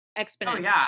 exponentially